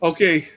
Okay